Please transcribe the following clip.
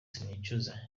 sinicuza